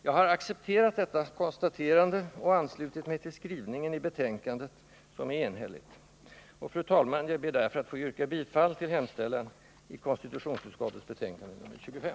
Jag har accepterat detta konstaterande och anslutit mig till utskottets enhälliga skrivning. Fru talman! Jag yrkar således bifall till utskottets hemställan i konstitutionsutskottets betänkande nr 25.